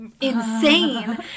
insane